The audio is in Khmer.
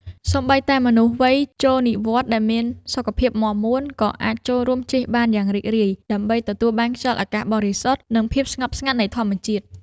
សូម្បីតែមនុស្សវ័យចូលនិវត្តន៍ដែលមានសុខភាពមាំមួន ក៏អាចចូលរួមជិះបានយ៉ាងរីករាយ ដើម្បីទទួលបានខ្យល់អាកាសបរិសុទ្ធ និងភាពស្ងប់ស្ងាត់នៃធម្មជាតិ។